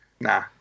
Nah